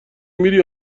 میری